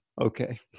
Okay